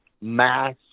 mass